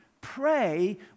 pray